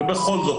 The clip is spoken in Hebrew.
ובכל זאת,